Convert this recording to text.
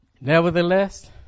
Nevertheless